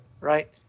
Right